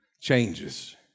changes